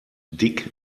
dick